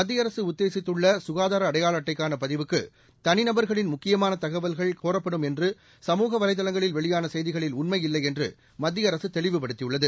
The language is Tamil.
மத்திய அரசு உத்தேசித்துள்ள க்காதார அடையாள அட்டைக்கான பதிவுக்கு தனிநபர்களின் முக்கியமான தகவல்கள் கோரப்படும் என்று சமூக வலைதளங்களில் வெளியான செய்திகளில் உண்மை இல்லை என்று மத்திய அரசு தெளிவுபடுத்தியுள்ளது